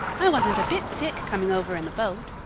i wasn't a bit sick coming over in the boat.